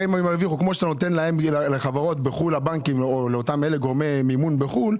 כמו שאתה נותן לחברות בחו"ל לבנקים או לאותם גורמי מימון בחו"ל,